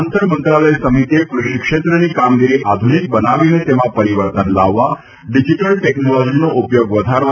આંતર મંત્રાલય સમિતિએ ક્રષિક્ષેત્રની કામગીરી આધ્વનિક બનાવીને તેમાં પરિવર્તન લાવવા ડીજીટલ ટેકનોલોજીનો ઉપયોગ વધારવાની ભલામણ કરી હતી